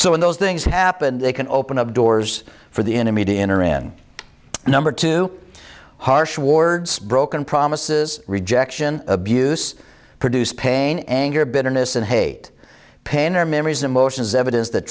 when those things happen they can open up doors for the enemy to enter in number to harsh wards broken promises rejection abuse produced pain anger bitterness and hate pain or memories emotions evidence th